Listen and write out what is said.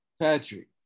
Patrick